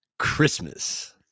Christmas